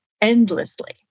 endlessly